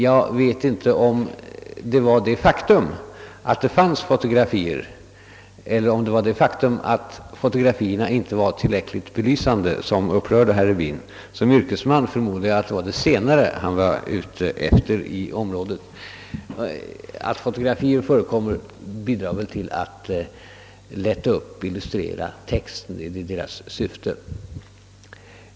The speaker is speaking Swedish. Jag vet inte om det var det faktum att det fanns fotografier eller om det var det faktum att fotografierna inte var tillräckligt belysande som upprörde herr Rubin. Jag förmodar att han som yrkesman var ute efter det senare. Att fotografier förekommer bidrar väl till att lätta upp och illustrera texten — det är deras syfte.